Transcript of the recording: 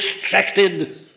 distracted